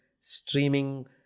streaming